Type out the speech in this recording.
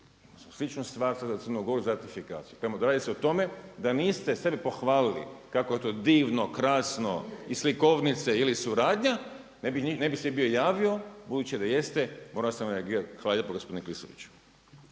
Sličnu stvar sada za Crnu Goru za ratifikaciju. Dakle radi se o tome da niste sebe pohvalili kako je to divno, krasno i slikovnice ili suradnja ne bi se bio javio budući da jeste mora sam reagirati. Hvala lijepa gospodine Klisoviću.